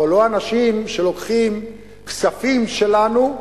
אבל לא אנשים שלוקחים כספים שלנו,